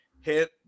hit